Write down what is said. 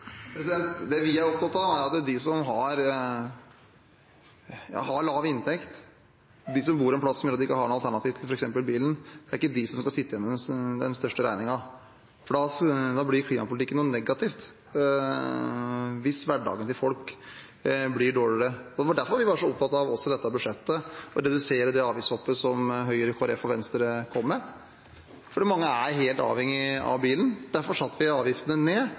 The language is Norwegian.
Det vi er opptatt av, er at de som har lav inntekt, de som bor et sted som gjør at de ikke har noe alternativ til f.eks. bilen, ikke er de som skal sitte igjen med den største regningen. Da blir klimapolitikken noe negativt, hvis hverdagen til folk blir dårligere. Det var derfor vi var så opptatt av også i dette budsjettet å redusere det avgiftshoppet som Høyre, Kristelig Folkeparti og Venstre kom med, fordi mange er helt avhengig av bilen. Derfor satte vi avgiftene ned.